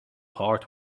hard